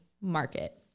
market